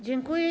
Dziękuję.